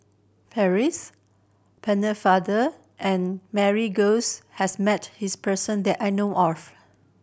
Percy Pennefather and Mary Gomes has met this person that I know of